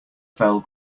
fell